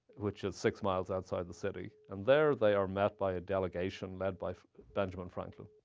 which is six miles outside the city. and there they are met by a delegation led by benjamin franklin.